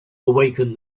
awaken